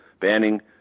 banning